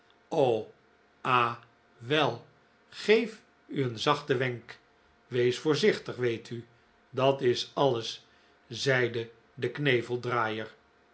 ah wel geef u een zachten wenk wees voorzichtig weet u dat is alles zeide de knevel draaier